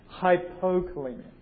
Hypokalemia